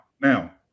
now